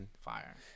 fire